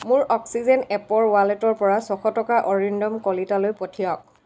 মোৰ অক্সিজেন এপৰ ৱালেটৰপৰা ছশ টকা অৰিন্দম কলিতালৈ পঠিয়াওক